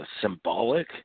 Symbolic